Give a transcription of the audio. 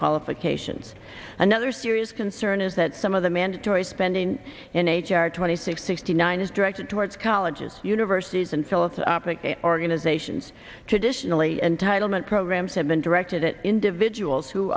qualifications another serious concern is that some of the mandatory spending in h r twenty six sixty nine is directed towards colleges universities and sole topic organizations traditionally entitlement programs have been directed at individuals who